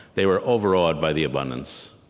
they were overawed by the abundance,